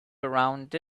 around